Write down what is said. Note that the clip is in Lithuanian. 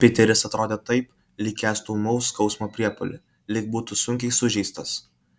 piteris atrodė taip lyg kęstų ūmaus skausmo priepuolį lyg būtų sunkiai sužeistas